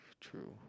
True